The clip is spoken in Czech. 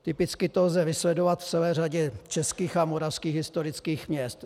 Typicky to lze vysledovat v celé řadě českých a moravských historických měst.